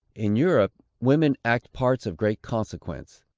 in europe, women act parts of great consequence,